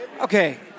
Okay